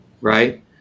right